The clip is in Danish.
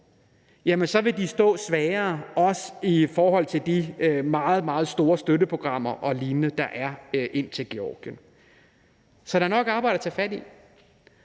vil de stå svagere, også i forhold til de meget, meget store støtteprogrammer og lignende, der er til Georgien. Så der er nok arbejde at tage fat på.